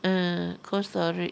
uh Cold Storage